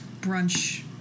brunch